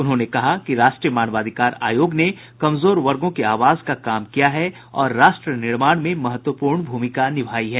उन्होंने कहा है कि राष्ट्रीय मानवाधिकार आयोग ने कमजोर वर्गों की आवाज का काम किया है और राष्ट्र निर्माण में महत्वपूर्ण भूमिका निभाई है